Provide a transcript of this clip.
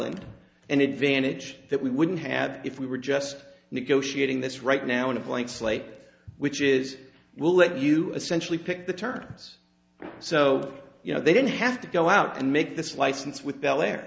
and and advantage that we wouldn't have if we were just negotiating this right now on a blank slate which is we'll let you essentially pick the terms so you know they don't have to go out and make this license with bel air